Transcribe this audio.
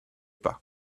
pas